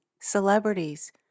celebrities